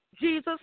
Jesus